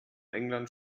england